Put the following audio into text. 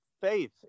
faith